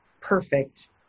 perfect